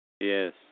Yes